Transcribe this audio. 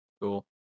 Cool